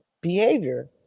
behavior